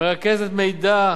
מרכז המידע